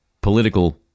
political